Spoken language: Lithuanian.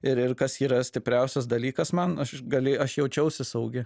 ir ir kas yra stipriausias dalykas man gali aš jaučiausi saugi